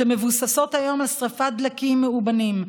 שמבוססות היום על שרפת דלקים מאובנים,